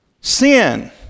sin